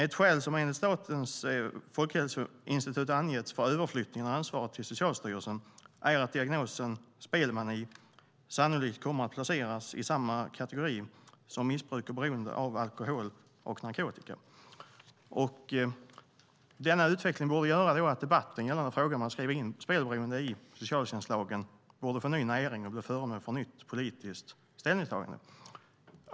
Ett skäl som enligt Statens folkhälsoinstitut angetts för överflyttningen av ansvaret till Socialstyrelsen är att diagnosen spelmani sannolikt kommer att placeras i samma kategori som missbruk och beroende av alkohol och narkotika. Denna utveckling borde göra att debatten gällande frågan om att skriva in spelberoende i socialtjänstlagen får ny näring och blir föremål för nytt politiskt ställningstagande.